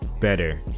better